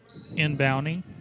inbounding